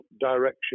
direction